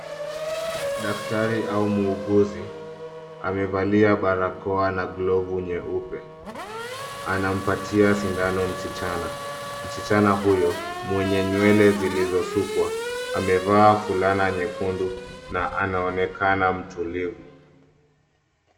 Daktari au muuguzi, amevalia barakoa na glovu nyeupe. Anampatia sindano msichana. Msichana huyo mwenye nywele zilizosukwa amevaa fulana nyekundu na anaonekana mtulivu.